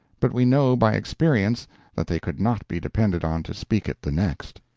but we know by experience that they could not be depended on to speak it the next.